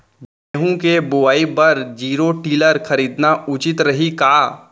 गेहूँ के बुवाई बर जीरो टिलर खरीदना उचित रही का?